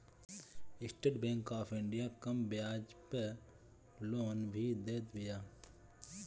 estate bank of India कम बियाज पअ लोन भी देत बिया